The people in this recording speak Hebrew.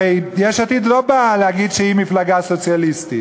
הרי יש עתיד לא באה להגיד שהיא מפלגה סוציאליסטית,